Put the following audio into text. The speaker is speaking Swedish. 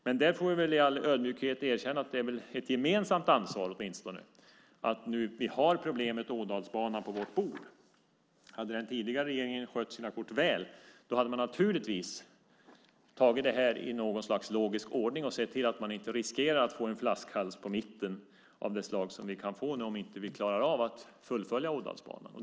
Men där får vi väl i all ödmjukhet erkänna att det åtminstone är ett gemensamt ansvar när vi nu har problemet Ådalsbanan på vårt bord. Hade den tidigare regeringen skött sina kort väl hade den naturligtvis tagit detta i något slags logisk ordning och sett till att man inte riskerade att på mitten få en flaskhals av det slag som vi nu kan få om vi inte klarar av att fullfölja Ådalsbanan.